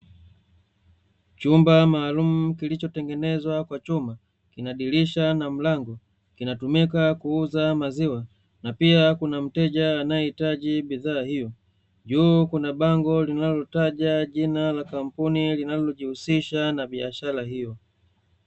Chumba maalumu kilichotengenezwa kwa chuma kina dirisha na mlango, kinatumika kuuza maziwa na pia kuna mteja anaye hitaji bidhaa hiyo. Juu kuna bango linalotaja jina la kampuni linalojihusisha na biashara hiyo.